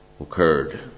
occurred